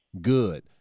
Good